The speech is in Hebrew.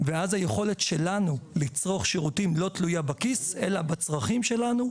ואז היכולת שלנו לצרוך שירותים לא תלויה בכיס אלא בצרכים שלנו,